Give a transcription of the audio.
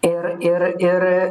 ir ir ir